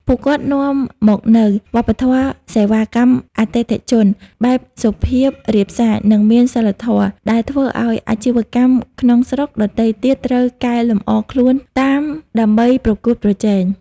ពួកគាត់នាំមកនូវ "វប្បធម៌សេវាកម្មអតិថិជន" បែបសុភាពរាបសារ និងមានសីលធម៌ ដែលធ្វើឱ្យអាជីវកម្មក្នុងស្រុកដទៃទៀតត្រូវកែលម្អខ្លួនតាមដើម្បីប្រកួតប្រជែង។